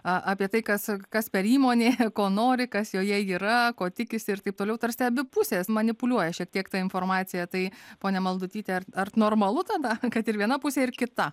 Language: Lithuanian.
apie tai kas kas per įmonė ko nori kas joje yra ko tikisi ir taip toliau tarsi abi pusės manipuliuoja šiek tiek tą informaciją tai ponia maldutytė ar ar normalu tada kad ir viena pusė ir kita